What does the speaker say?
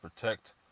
protect